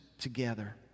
together